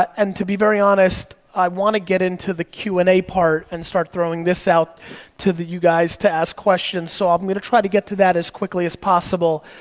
and to be very honest, i wanna get into the q and a part and start throwing this out to you guys to ask questions, so um i'm gonna try to get to that as quickly as possible,